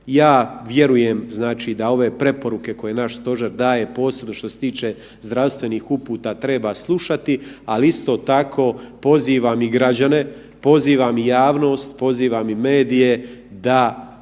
Ja vjerujem znači da ove preporuke koje naš stožer daje, posebno što se tiče zdravstvenih uputa treba slušati, ali isto tako pozivam i građane, pozivam i javnost, pozivam i medije da ne